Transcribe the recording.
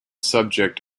subject